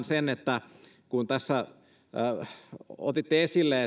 sen kun tässä otitte esille